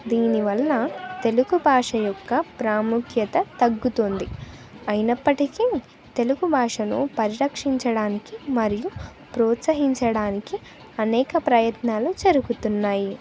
దీనివల్ల తెలుగు భాష యొక్క ప్రాముఖ్యత తగ్గుతుంది అయినప్పటికీ తెలుగు భాషను పరిరక్షించడానికి మరియు ప్రోత్సహించడానికి అనేక ప్రయత్నాలు జరుగుతున్నాయి